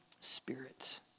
Spirit